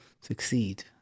succeed